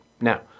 Now